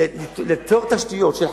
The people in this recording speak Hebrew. ליצור תשתיות של חשמל,